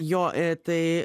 jo tai